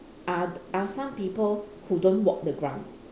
are are some people who don't walk the ground